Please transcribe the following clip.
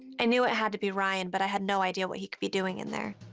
i knew it had to be ryan, but i had no idea what he could be doing in there.